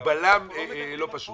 הוא בלם לא פשוט.